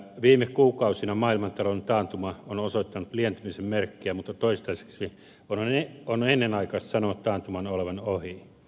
viime kuukausina maailmantalouden taantuma on osoittanut lientymisen merkkejä mutta toistaiseksi on ennenaikaista sanoa taantuman olevan ohi